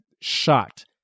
shocked